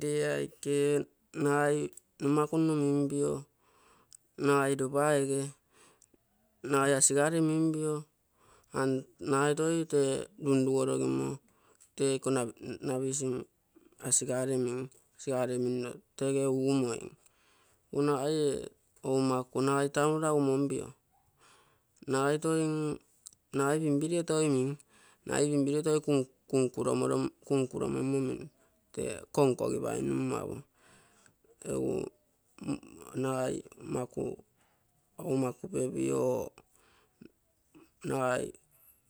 Tee aike nagai nimaku nno minpio, nagai lopa ege nagai asigure minpio, nagai toi tege linlugorogimo tee iko nabia asigare minno tege uumiom. Egu nagai oumaku nagai pinpirie toi kunkuromommo min tee konkogipainummo apo. Egu nagai mm oumaku pepio or nagai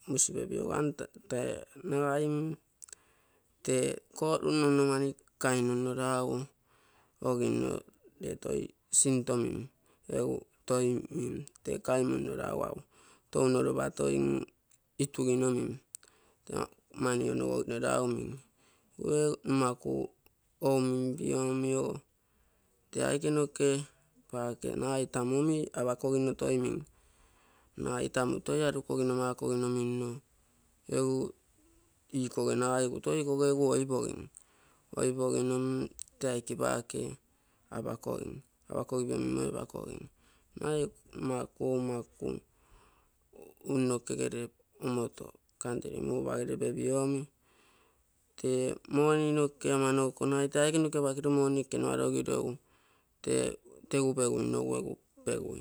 musi pepio am tee nagai mim tee korunno mani tee kaimonno lugutoi min tee nimaku ou minpio ogo tee aike noke paake nagai tamu omi apakogino toi min, nagai tamu toi arukogino makogino minno egu ikoge nagai egu toi ikoge egu oipogin, oipogin mm tee aike paake apakogin apakogin minmoi apakogin. Nagai nomaku oumaku ung nokegere omoto kantri nokegere mugupa gere pepio omi tee moni noke amanoko nagai tee aike noke apakiro moni ekenua logiro egu tegu peguinogu egu pegui.